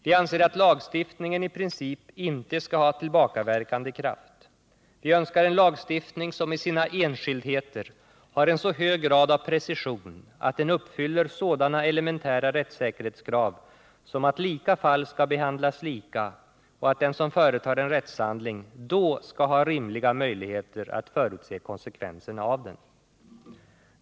Vi anser att lagstiftningen i princip inte skall ha tillbakaverkande kraft, vi önskar en lagstiftning som i sina enskildheter har en så hög grad av precision att den uppfyller sådana elementära rättssäkerhetskrav som att lika fall skall behandlas lika och att den som företar en rättshandling då skall ha rimliga möjligheter att förutse konsekvenserna av den.